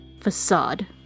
facade